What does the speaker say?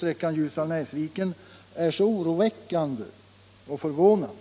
sträckan Ljusdal-Näsviken är så oroväckande och förvånande.